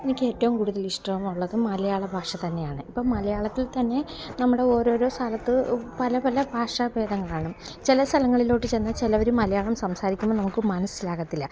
എനിക്ക് ഏറ്റവും കൂടുതലിഷ്ടം ഉള്ളത് മലയാള ഭാഷ തന്നെയാണ് ഇപ്പം മലയാളത്തില് തന്നെ നമ്മുടെ ഓരോരോ സ്ഥലത്ത് പല പല ഭാഷാ ഭേദങ്ങളാണ് ചില സ്ഥലങ്ങളിലോട്ട് ചെന്നാല് ചിലർ മലയാളം സംസാരിക്കുമ്പം നമുക്ക് മനസ്സിലാകത്തില്ല